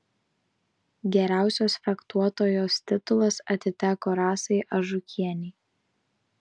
geriausios fechtuotojos titulas atiteko rasai ažukienei